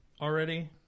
already